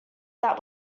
that